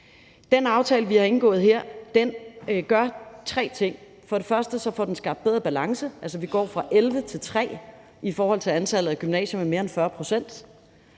Den aftale, vi har indgået her, gør tre ting. For det første får den skabt en bedre balance, altså at vi går fra 11 til 3 i forhold til antallet af gymnasier med mere end 40 pct.